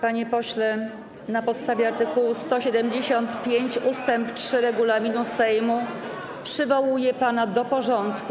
Panie pośle, na podstawie art. 175 ust. 3 regulaminu Sejmu przywołuję pana do porządku.